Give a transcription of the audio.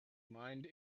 mind